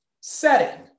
Setting